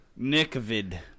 Nickvid